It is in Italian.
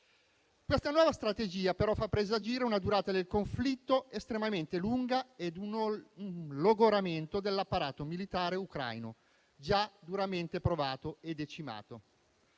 Questa nuova strategia, però, fa presagire una durata del conflitto estremamente lunga e un logoramento dell'apparato militare ucraino, già duramente provato e decimato.